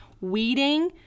weeding